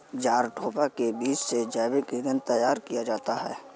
jatropha के बीज से जैव ईंधन तैयार किया जाता है